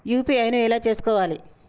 UPI ను ఎలా చేస్కోవాలి?